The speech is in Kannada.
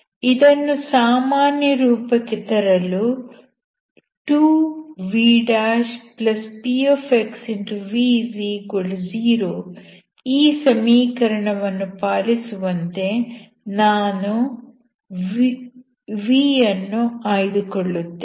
ಇದನ್ನು ಸಾಮಾನ್ಯ ರೂಪಕ್ಕೆ ತರಲು 2vpxv0 ಈ ಸಮೀಕರಣವನ್ನು ಪಾಲಿಸುವಂತೆ ನಾನು v ಯನ್ನು ಆಯ್ದುಕೊಳ್ಳುತ್ತೇನೆ